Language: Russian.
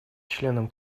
членам